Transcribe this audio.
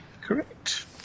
correct